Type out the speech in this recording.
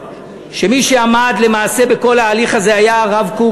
מי שעמד למעשה בכל ההליך הזה היה הרב קוק,